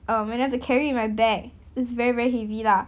um when I have to carry in my bag it's very very heavy lah